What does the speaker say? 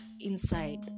inside